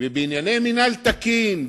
ובענייני מינהל תקין,